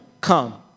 come